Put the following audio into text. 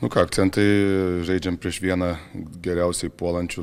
nu ką akcentai žaidžiant prieš vieną geriausiai puolančių